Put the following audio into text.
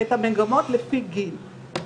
יש פה פגיעה בדימוי העצמי,